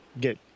get